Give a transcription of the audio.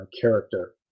character